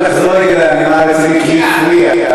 אם נחזור רגע לנימה רצינית: לי הפריע,